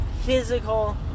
physical